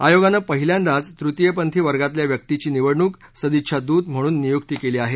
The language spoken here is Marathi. आयोगाने पहिल्यांदाच तृतीयपंथी वर्गातील व्यक्तीची निवडणूक सदिच्छा दूत म्हणून नियुक्ती केली आहे